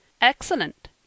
Excellent